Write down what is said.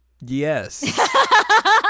yes